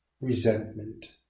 resentment